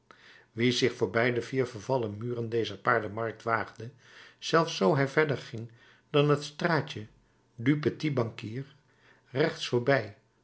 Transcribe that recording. wie zich voorbij de vier vervallen muren dezer paardenmarkt waagde zelfs zoo hij verder ging dan het straatje du petit banquier rechts voorbij